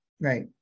Right